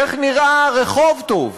איך נראה רחוב טוב?